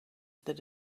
that